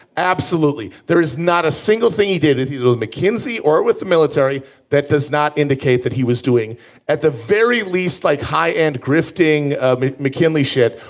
absolutely. there is not a single thing he did he's little mckinsey or with the military that does not indicate that he was doing at the very least like high end grifting mckinley shit.